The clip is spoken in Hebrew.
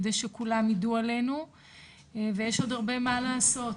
כדי שכולם יידעו עלינו ויש עוד הרבה מה לעשות